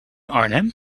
arnhem